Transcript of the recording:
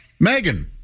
Megan